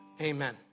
amen